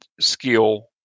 skill